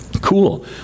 Cool